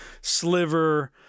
Sliver